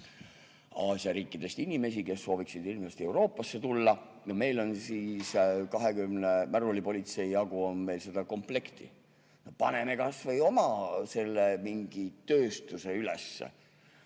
Aasia riikidest inimesi, kes sooviksid hirmsasti Euroopasse tulla. Meil on 20 märulipolitseiniku jagu seda komplekti. Paneme kas või oma mingi tööstuse üles,